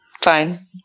fine